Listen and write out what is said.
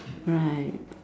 right